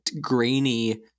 grainy